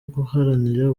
guharanira